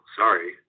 sorry